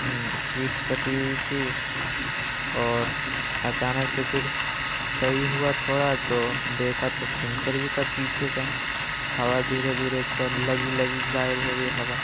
set پھٹی ہوئی تھی اور اچانک سے پھر صحیح ہوا تھوڑا تو دیکھا تو پنکچر بھی تھا پیچھے کا ہوا دھیرے دھیرے اس کا لگی لگی غائب ہو گئی ہوا